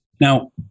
Now